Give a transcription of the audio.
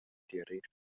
diris